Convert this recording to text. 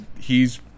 he's-